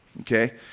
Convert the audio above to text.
Okay